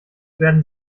werden